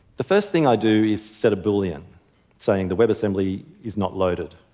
the first thing i do is set a boolean saying the webassembly is not loaded.